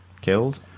killed